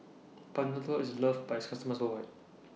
Panadol IS loved By its customers worldwide